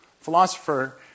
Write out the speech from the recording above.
philosopher